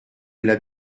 l’a